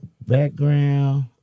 background